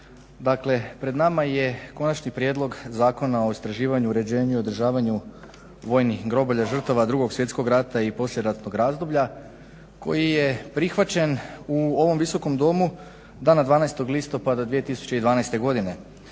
Dakle pred nama je Konačni prijedloga Zakona o istraživanju, uređenju, održavanju vojnih groblja žrtava 2.svjetskog rata i poslijeratnog razdoblja koji je prihvaćen u ovom Visokom domu dana 12.listopada 2012.godine.